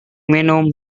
minum